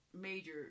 major